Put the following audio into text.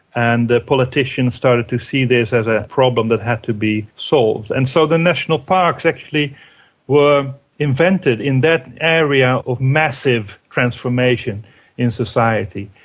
and the politicians started to see this as a problem that had to be solved. and so the national parks actually were invented in that area of massive transformation in society,